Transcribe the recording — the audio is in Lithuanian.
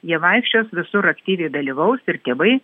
jie vaikščios visur aktyviai dalyvaus ir tėvai